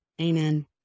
Amen